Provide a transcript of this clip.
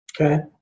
Okay